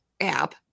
app